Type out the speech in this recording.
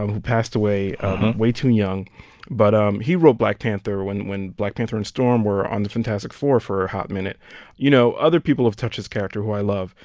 um who passed away way too young but um he wrote black panther when when black panther and storm were on the fantastic four for a hot minute you know, other people have touched this character who i love.